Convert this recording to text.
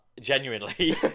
genuinely